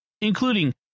including